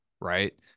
Right